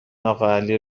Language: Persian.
اقاعلی